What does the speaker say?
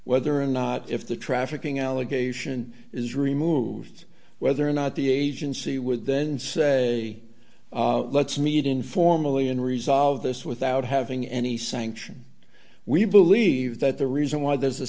whether or not if the trafficking allegation is removed whether or not the agency would then say let's meet informally and resolve this without having any sanction we believe that the reason why there's a